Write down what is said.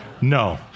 no